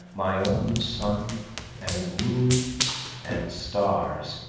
my own sun and moon and stars,